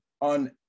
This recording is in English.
on